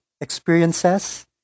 experiences